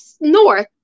north